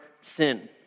sin